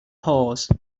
pause